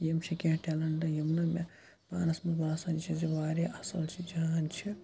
یِم چھِ کینٛہہ ٹیلَنٹ یِم نہٕ مےٚ پانَس مَنٛز باسان چھِ زِ واریاہ اَصل چھِ جان چھِ